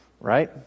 right